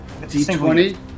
D20